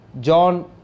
John